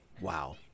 Wow